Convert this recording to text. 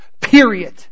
period